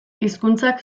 hizkuntzak